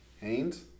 Haynes